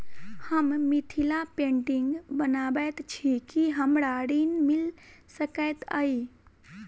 हम मिथिला पेंटिग बनाबैत छी की हमरा ऋण मिल सकैत अई?